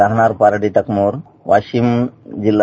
राहणार पारडी तकमोर वाशिम जिल्हा